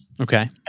Okay